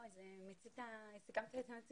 לא, סיכמת את זה מצוין.